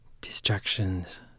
Distractions